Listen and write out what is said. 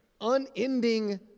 unending